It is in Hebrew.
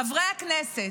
חברי הכנסת,